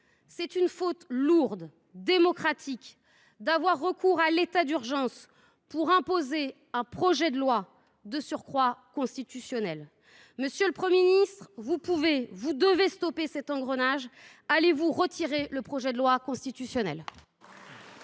c’est une faute démocratique lourde d’avoir recours à l’état d’urgence pour imposer un projet de loi, de surcroît un projet de loi constitutionnelle. Monsieur le Premier ministre, vous pouvez, vous devez stopper cet engrenage. Allez vous retirer le projet de loi constitutionnelle